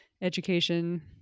education